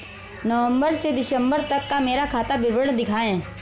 नवंबर से दिसंबर तक का मेरा खाता विवरण दिखाएं?